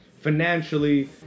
financially